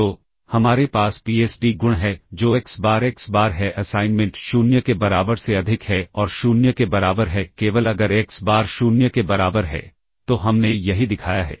तो हमारे पास पीएसडी गुण है जो एक्स बार एक्स बार है असाइनमेंट 0 के बराबर से अधिक है और 0 के बराबर है केवल अगर एक्स बार 0 के बराबर है तो हमने यही दिखाया है